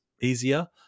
Easier